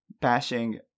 bashing